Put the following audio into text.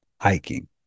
hiking